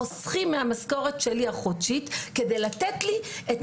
חוסכים מהמשכורת החודשית שלי כדי לתת לי את